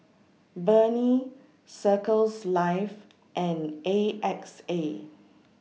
Burnie Circles Life and A X A